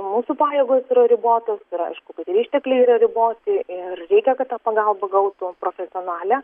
mūsų pajėgos yra ribotos ir aišku ištekliai yra riboti ir reikia kad ta pagalba gautų profesionalią